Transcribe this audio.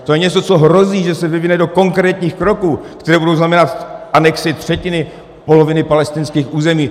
To je něco, co hrozí, že se vyvine do konkrétních kroků, které budou znamenat anexi třetiny, poloviny palestinských území.